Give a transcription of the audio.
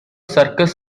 circus